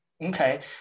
Okay